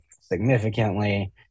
significantly